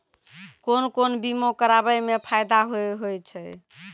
कोन कोन बीमा कराबै मे फायदा होय होय छै?